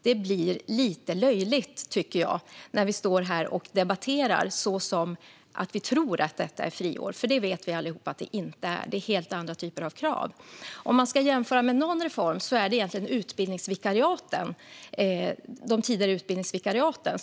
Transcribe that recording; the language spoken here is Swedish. Det blir lite löjligt, tycker jag, när vi står här och debatterar som om vi tror att detta är friår, för vi vet alla att det inte är det. Det är helt andra typer av krav. Om man ska jämföra med någon reform är det egentligen de tidigare utbildningsvikariaten.